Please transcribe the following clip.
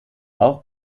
auch